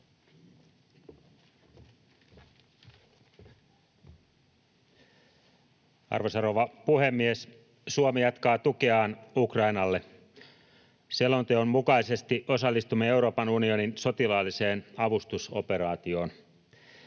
Arvoisa rouva puhemies! Suomi jatkaa tukeaan Ukrainalle. Selonteon mukaisesti osallistumme Euroopan unionin sotilaalliseen avustusoperaatioon.